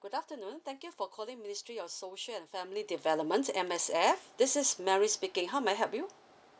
good afternoon thank you for calling ministry of social and family development M_S_F this is mary speaking how may I help you